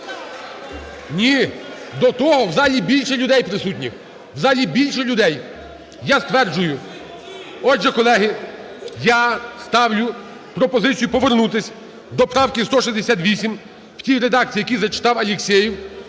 Ні! До того в залі більше людей присутніх, в залі більше людей, я стверджую. Отже, колеги, я ставлю пропозицію повернутись до правки 168 в тій редакції, в якій зачитав Алєксєєв,